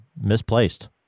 misplaced